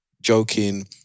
Joking